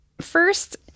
First